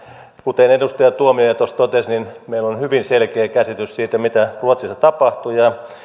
kuten edustaja tuomioja tuossa totesi meillä on hyvin selkeä käsitys siitä mitä ruotsissa tapahtuu ja